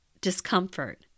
discomfort